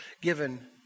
given